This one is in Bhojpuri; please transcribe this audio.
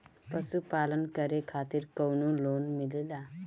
पशु पालन करे खातिर काउनो लोन मिलेला?